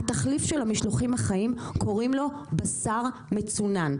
התחליף של המשלוחים החיים קוראים לו בשר מצונן,